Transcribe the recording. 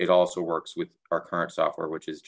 it also works with our current software which is